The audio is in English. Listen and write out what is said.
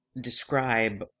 describe